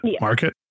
market